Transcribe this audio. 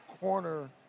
corner